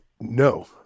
No